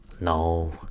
No